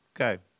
Okay